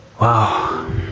Wow